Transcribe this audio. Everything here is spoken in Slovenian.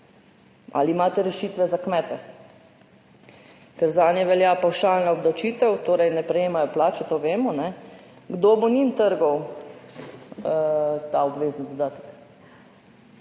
Ali imate rešitve za kmete? Ker zanje velja pavšalna obdavčitev, torej ne prejemajo plače, to vemo, kdo bo njim trgal ta obvezni dodatek?